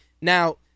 Now